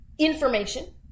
information